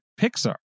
Pixar